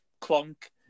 clunk